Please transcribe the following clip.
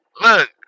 Look